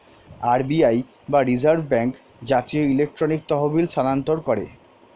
RBI বা reserve bank জাতীয় electronic তহবিল স্থানান্তর করে